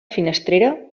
finestrera